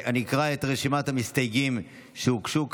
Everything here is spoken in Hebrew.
אני אקרא את רשימת המסתייגים שהוגשו כאן,